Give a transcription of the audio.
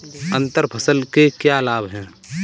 अंतर फसल के क्या लाभ हैं?